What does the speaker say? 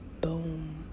boom